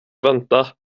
vänta